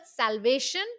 salvation